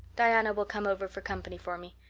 diana will come over for company for me.